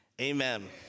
amen